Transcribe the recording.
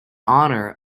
honor